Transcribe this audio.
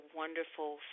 wonderful